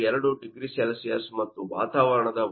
2 0C ಮತ್ತು ವಾತಾವರಣದ ಒತ್ತಡ 101